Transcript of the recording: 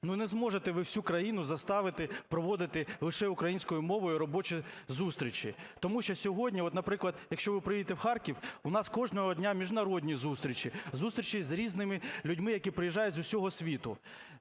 Ну не зможете ви всю країну заставити проводити лише українською мовою робочі зустрічі, тому що сьогодні, от, наприклад, якщо ви приїдете в Харків, у нас кожного дня міжнародні зустрічі, зустрічі з різними людьми, які приїжджають з усього світу.